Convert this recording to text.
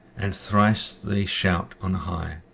and thrice they shout on hyght,